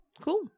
cool